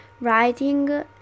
writing